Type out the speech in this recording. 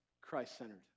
Christ-centered